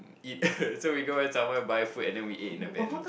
eat so we go and somewhere buy food and then we eat in the van